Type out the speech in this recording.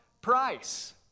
price